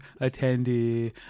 attendee